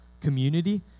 community